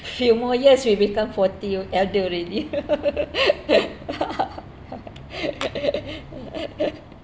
few more years we become forty elder already